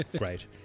Right